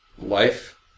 life